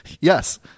Yes